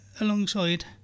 alongside